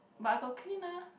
but I got clean ah